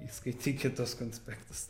įskaitykit tuos konspektus